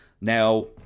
Now